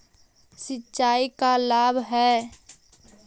सिंचाई का लाभ है?